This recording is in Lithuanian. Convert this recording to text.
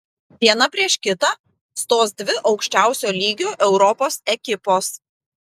viena prieš kitą stos dvi aukščiausio lygio europos ekipos